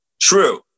True